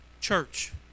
Church